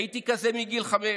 הייתי כזה מגיל חמש,